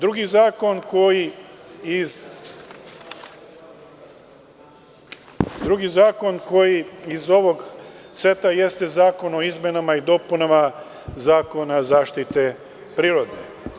Drugi zakon koji je iz ovog seta jeste Zakon o izmenama i dopunama Zakona zaštite prirode.